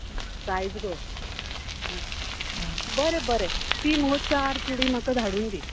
size गो आं बरें बरें तीं मुगो चार चुडी म्हाका धाडून दी